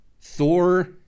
Thor